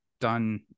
done